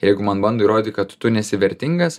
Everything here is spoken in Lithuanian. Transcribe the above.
ir jeigu man bando įrodyti kad tu nesi vertingas